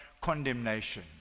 condemnation